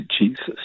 Jesus